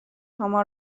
شما